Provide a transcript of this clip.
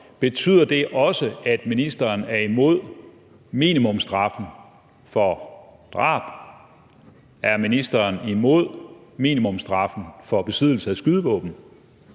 Betyder det også, at ministeren er imod minimumsstraffen for drab, og er ministeren imod minimumsstraffen for besiddelse af skydevåben,